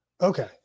Okay